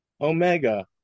Omega